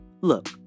Look